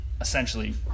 essentially